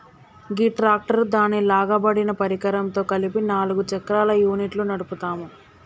గీ tractor దాని లాగబడిన పరికరంతో కలిపి నాలుగు చక్రాల యూనిట్ను నడుపుతాము